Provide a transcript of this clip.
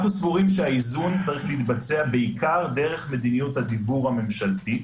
אנחנו סבורים שהאיזון צריך להתבצע בעיקר דרך מדיניות הדיוור הממשלתית,